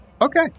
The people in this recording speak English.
Okay